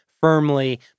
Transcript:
firmly